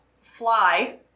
Fly